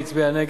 מי הצביע נגד,